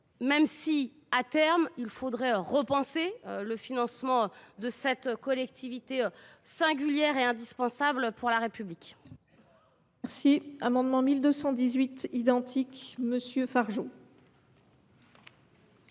même si, à terme, il conviendrait de repenser le financement de cette collectivité singulière et indispensable à la République.